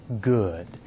good